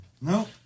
No